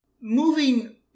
Moving